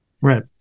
right